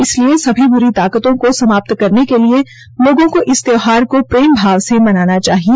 इसलिए सभी बुरी ताकतों को समाप्त करने के लिए लोगों को इस त्यौहार को प्रेमभाव से मनाना चाहिए